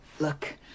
look